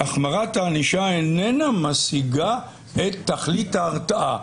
שהחמרת הענישה איננה משיגה את תכלית ההרתעה.